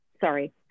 Sorry